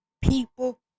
people